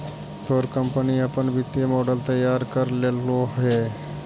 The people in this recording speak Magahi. तोर कंपनी अपन वित्तीय मॉडल तैयार कर लेलो हे?